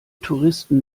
touristen